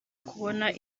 kubona